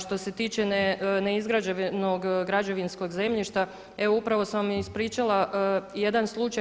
Što se tiče neizgrađenog građevinskog zemljišta, evo upravo sam vam ispričala jedan slučaj.